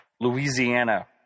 Louisiana